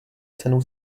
cenu